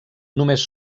només